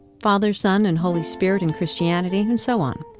father, son and holy spirit in christianity, and so on.